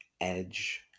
Edge